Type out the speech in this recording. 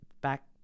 back